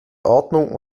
ordnung